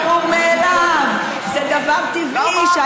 זה דבר ברור מאליו, זה דבר טבעי, למה את לא תומכת?